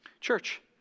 Church